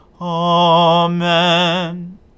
Amen